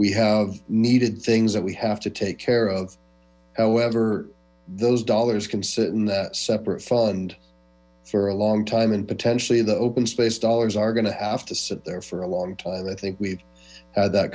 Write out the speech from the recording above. we have needed things that we have to take care of however those dollars can sit in separate fund for a long time and potentially the oen space dollars are going to have to sit there for a long time i think we've had that